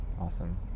awesome